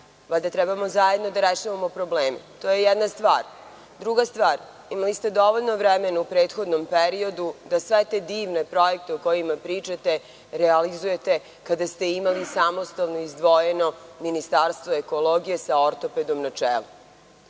Valjda trebamo zajedno da rešavamo probleme. To je jedna stvar. Druga stvar, imali ste dovoljno vremena u prethodnom periodu da sve te divne projekte, o kojima pričate, realizujete kada ste imali samostalno i izdvojeno Ministarstvo ekologije sa ortopedom na čelu. Treća